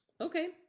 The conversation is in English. Okay